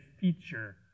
feature